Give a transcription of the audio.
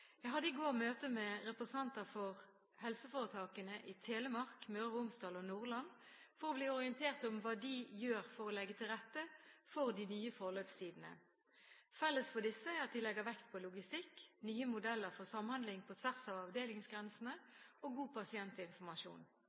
Jeg hadde i går møte med representanter for helseforetakene i Telemark, Møre og Romsdal og Nordland for å bli orientert om hva de gjør for å legge til rette for de nye forløpstidene. Felles for disse er at de legger vekt på logistikk, nye modeller for samhandling på tvers av avdelingsgrensene og god pasientinformasjon.